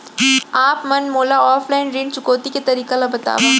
आप मन मोला ऑफलाइन ऋण चुकौती के तरीका ल बतावव?